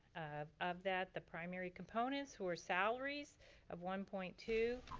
of of that the primary components were salaries of one point two,